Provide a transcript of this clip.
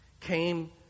came